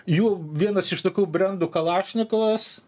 jų vienas iš tokių brendų kalašnikovas